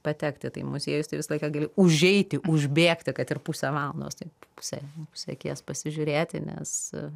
patekti tai į muziejus tai visą laiką gali užeiti užbėgti kad ir pusę valandos tai puse puse akies pasižiūrėti nes